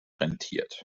rentiert